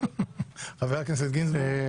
חבר הכנסת גינזבורג.